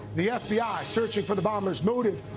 the fbi searching for the bomber's motive,